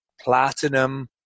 platinum